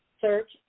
search